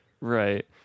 right